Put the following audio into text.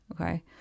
Okay